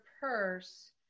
purse